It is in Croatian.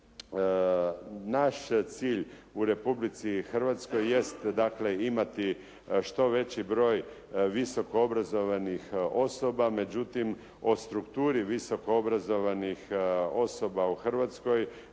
Naš je cilj u Republici Hrvatskoj jest dakle imati što veći broj visoko obrazovanih osoba, međutim o strukturi visoko obrazovanih osoba u Hrvatskoj